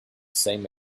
same